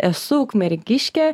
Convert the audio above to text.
esu ukmergiškė